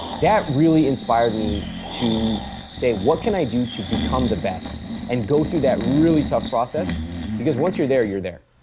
that really inspired me to say what can i do to become the best and go through that really tough process because once you are there, you are there.